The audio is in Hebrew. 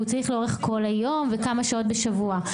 צריך לאורך כל היום וכמה שעות בשבוע.